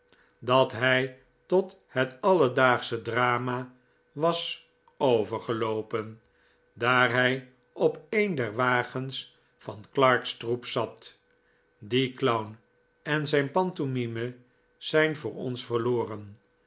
dat hij tot het alledaagsche drama was overgeloopen daar hij op een der wagens van clark's troep zat die clown en zijn pantomime zijn voor ons verloren